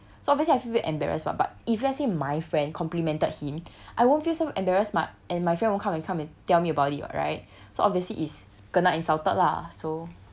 so obviously I feel very embarrassed [what] but if let's say my friend complimented him I won't feel so embarrass mah and my friend won't come and come and tell me about it right so obviously is kena insulted lah so